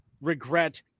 regret